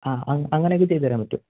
ആ അങ്ങനെയൊക്കെ ചെയ്തു തരാൻ പറ്റുമോ